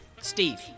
Steve